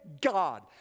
God